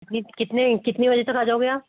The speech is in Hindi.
कितने कितने बजे तक आ जाओगे आप